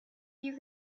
you